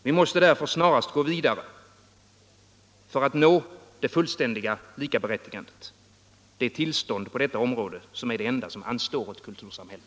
Vi måste därför snarast gå vidare för att nå det fullständiga likaberättigandet — det tillstånd på detta område som är det enda som anstår vårt kultursamhälle.